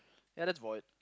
ya that's void